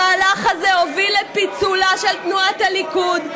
המהלך הזה הוביל לפיצולה של תנועת הליכוד.